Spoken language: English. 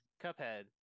cuphead